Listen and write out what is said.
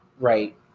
Right